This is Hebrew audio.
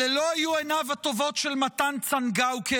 אלה לא היו עיניו הטובות של מתן צנגאוקר,